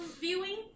viewing